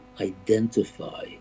identify